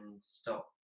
stop